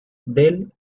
del